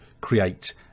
create